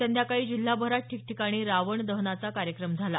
संध्याकाळी जिल्हाभरात ठिकठिकाणी रावण दहनाचा कार्यक्रम झाला